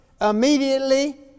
immediately